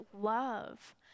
love